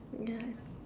yeah